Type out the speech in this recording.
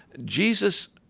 jesus